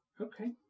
Okay